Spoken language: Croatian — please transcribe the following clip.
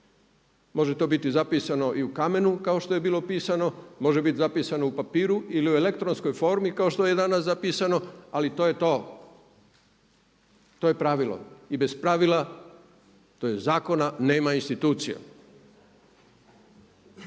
Može to biti zapisano i u kamenu kao što je bilo pisano, može biti zapisano u papiru ili u elektronskoj formi kao što je danas zapisano ali to je to. To je pravilo. I bez pravila tj. zakona nema institucija.